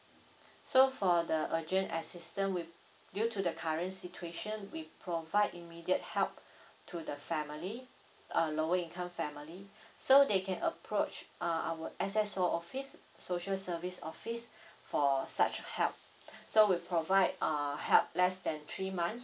so for the urgent assistant with due to the current situation we provide immediate help to the family uh lower income family so they can approach uh our S_S_O office social service office for such help so we provide uh help less than three months